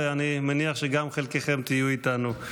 ואני מניח שחלקכם תהיו איתנו.